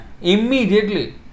immediately